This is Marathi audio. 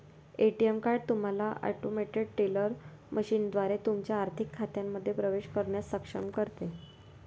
ए.टी.एम कार्ड तुम्हाला ऑटोमेटेड टेलर मशीनद्वारे तुमच्या आर्थिक खात्यांमध्ये प्रवेश करण्यास सक्षम करते